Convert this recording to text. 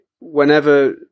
whenever